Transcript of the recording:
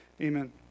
Amen